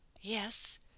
Yes